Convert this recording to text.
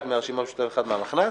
אחד מהרשימה המשותפת ואחד מהמחנה הציוני,